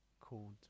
called